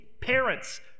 parents